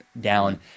down